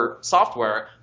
software